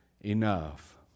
enough